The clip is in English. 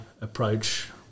approach